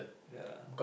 ya lah